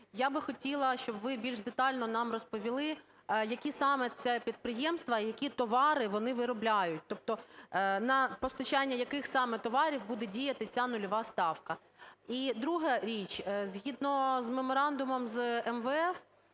я би хотіла, щоб ви більш детально нам розповіли, які саме це підприємства, які товари вони виробляють, тобто на постачання, яких саме товарів буде діяти ця нульова ставка. І друга річ. Згідно з меморандумом з МВФ